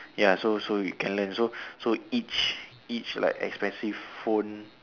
ya so so you can learn so so each each like expensive phone